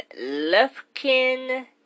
Lufkin